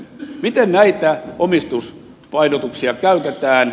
miten näitä omistuspainotuksia käytetään